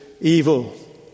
evil